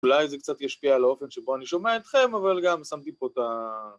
אולי זה קצת ישפיע על האופן שבו אני שומע אתכם, אבל גם שמתי פה את ה...